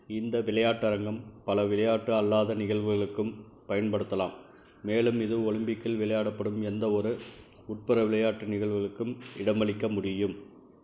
இந்த விளையாட்டு அரங்கம் பல விளையாட்டு அல்லாத நிகழ்வுகளுக்கும் பயன்படுத்தலாம் மேலும் இது ஒலிம்பிக்கில் விளையாடப்படும் எந்த ஒரு உட்புற விளையாட்டு நிகழ்வுகளுக்கும் இடமளிக்க முடியும்